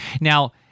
Now